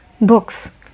books